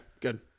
good